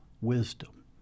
wisdom